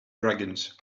dragons